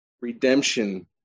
redemption